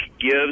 gives